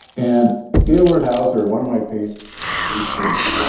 and gaylord houser, one of my pain patients,